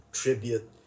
tribute